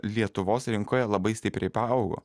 lietuvos rinkoje labai stipriai paaugo